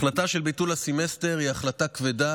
החלטה של ביטול הסמסטר היא החלטה כבדה